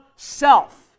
Self